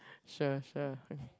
sure sure okay